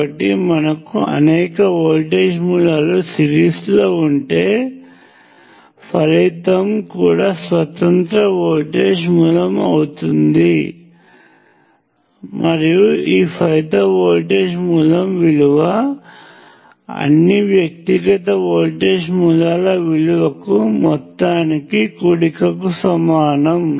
కాబట్టి మనకు అనేక వోల్టేజ్ మూలాలు సిరీస్ లో ఉంటే ఫలితం కూడా స్వతంత్ర వోల్టేజ్ మూలం అవుతుంది మరియు ఈ ఫలిత వోల్టేజ్ మూలం విలువ అన్ని వ్యక్తిగత వోల్టేజ్ మూలాల విలువల మొత్తం కూడికకి సమానము